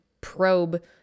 probe